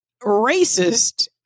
racist